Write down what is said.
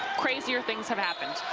crazier things have happened.